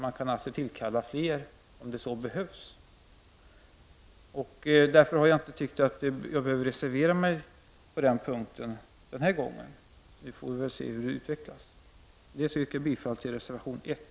Man kan tillkalla fler om det behövs. Därför har jag inte tyckt att jag behöver reservera mig på den punkten den här gången. Vi får väl se hur det utvecklas. Med det yrkar jag bifall till reservation 1.